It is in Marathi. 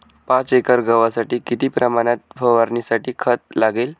पाच एकर गव्हासाठी किती प्रमाणात फवारणीसाठी खत लागेल?